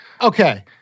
Okay